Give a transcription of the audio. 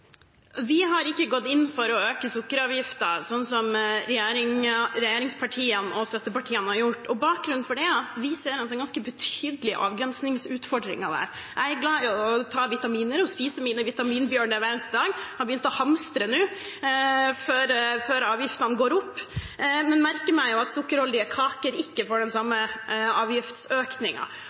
Vi har ikke gått inn for å øke sukkeravgiften, som regjeringspartiene og støttepartiene har gjort. Bakgrunnen for det er at vi ser at det er ganske betydelige avgrensningsutfordringer der. Jeg er glad i å ta vitaminer, og jeg spiser mine vitaminbjørner hver eneste dag. Jeg har begynt å hamstre nå før avgiftene går opp. Men jeg merker meg jo at sukkerholdige kaker ikke får den samme